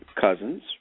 cousins